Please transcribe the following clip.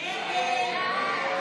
הסתייגות